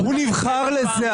הוא נבחר לזה.